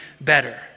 better